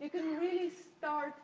you can really start